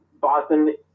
Boston